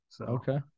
Okay